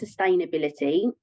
sustainability